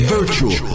Virtual